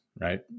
right